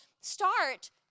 start